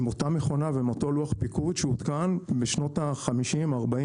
עם אותה מכונה ואותו לוח פיקוח שעודכן בשנות ה-50' וה-40'